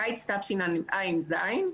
קיץ תשע"ז,